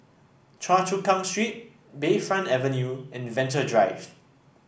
Choa Chu Kang Street Bayfront Avenue and Venture Drive